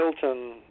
Hilton